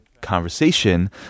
conversation